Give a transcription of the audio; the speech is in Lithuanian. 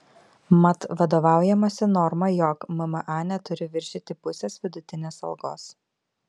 mat vadovaujamasi norma jog mma neturi viršyti pusės vidutinės algos